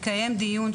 יתקיים דיון,